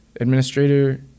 administrator